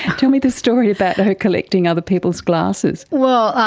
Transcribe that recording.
tell me the story about her collecting other people's glasses. well,